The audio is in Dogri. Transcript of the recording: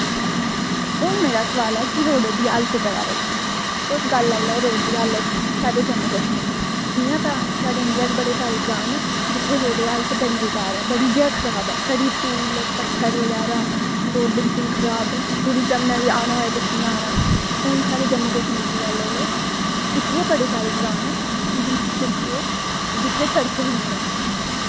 हून मेरा सोआल की रोड़ै दी हालत दे बारै च तुस गल्ल लाई लैओ रोड़ दी हालतदे बारै च साढ़े जम्मू कश्मीर इंया ते बेचारे बड़े सारे ग्रां न जित्थें रोड़ दी हालत बड़ी गै खराब ऐ छड़ी धूल पत्थर बगैरा रोड़ बिलकुल खराब ते आना आवै ते कियां आना साढ़े जम्मू कश्मीर दी गल्ल लेई लैओ इत्थें बड़े सारे ग्रां न जेह्के सड़क बी निं ऐ